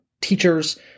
teachers